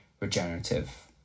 Regenerative